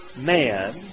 man